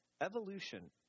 evolution